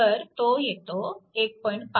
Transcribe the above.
तर तो 1